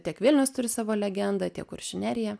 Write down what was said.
tiek vilnius turi savo legendą tiek kuršių nerija